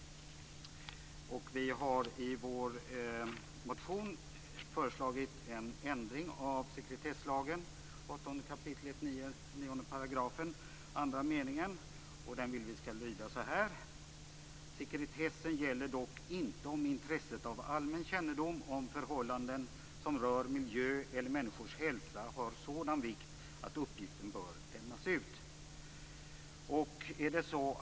Och vi har i vår motion föreslagit en ändring av sekretesslagen 8 kap. 9 § första stycket andra meningen. Vi vill att den skall lyda så här: "Sekretessen gäller dock inte om intresset av allmän kännedom om förhållanden som rör miljö eller människors hälsa har sådan vikt att uppgiften bör lämnas ut."